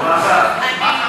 ועדת החינוך.